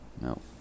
No